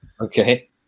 Okay